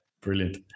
Brilliant